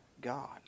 God